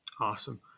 Awesome